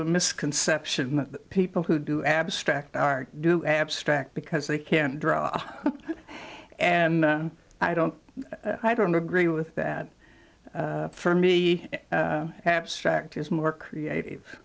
the misconception that people who do abstract art do abstract because they can draw and i don't i don't agree with that for me abstract is more creative